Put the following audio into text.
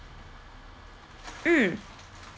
mm